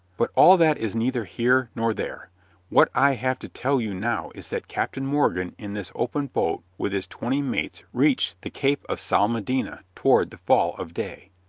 but all that is neither here nor there what i have to tell you now is that captain morgan in this open boat with his twenty mates reached the cape of salmedina toward the fall of day.